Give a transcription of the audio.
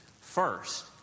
First